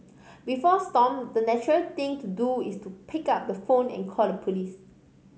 before Stomp the natural thing to do is to pick up the phone and call the police